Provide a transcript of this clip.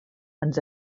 ens